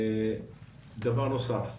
דבר נוסף,